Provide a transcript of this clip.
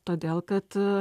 todėl kad